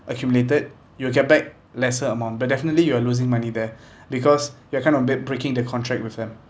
accumulated you'll get back lesser amount but definitely you are losing money there because you're kind of brea~ breaking the contract with them